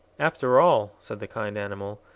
after all, said the kind animal,